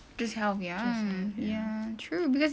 just health ya mm ya true cause